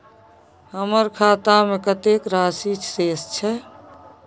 हमर खाता में कतेक राशि शेस छै?